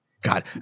God